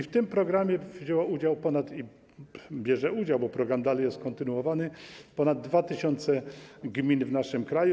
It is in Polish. W tym programie wzięło udział - bierze udział, bo program jest kontynuowany - ponad 2 tys. gmin w naszym kraju.